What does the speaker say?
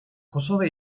kosova